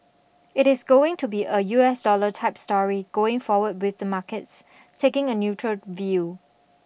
it is going to be a U S dollar type story going forward with markets taking a neutral view